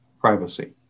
privacy